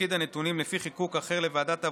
ותפקיד הנתונים לפי חיקוק אחר ל"ועדת העבודה,